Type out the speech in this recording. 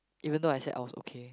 even though I said I was okay